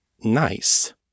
nice